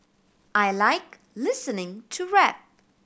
I like listening to rap